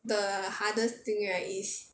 the hardest thing right is